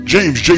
James